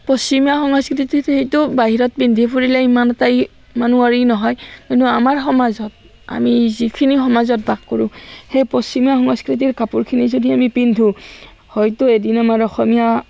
পশ্চিমীয়া সংস্কৃতিত যদি সেইটো বাহিৰত পিন্ধি ফুৰিলে ইমান এটা ই ইমানো আৰু ই নহয় কিন্তু আমাৰ সমাজত আমি যিখিনি সমাজত বাস কৰোঁ সেই পশ্চিমীয়া সংস্কৃতিৰ কাপোৰখিনি যদি আমি পিন্ধো হয়তো এদিন আমাৰ অসমীয়া